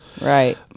Right